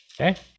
Okay